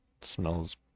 smells